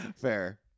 Fair